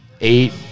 eight